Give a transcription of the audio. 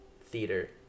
theater